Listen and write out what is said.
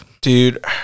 Dude